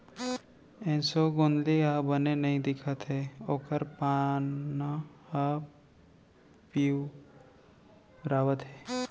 एसों गोंदली ह बने नइ दिखत हे ओकर पाना ह पिंवरावत हे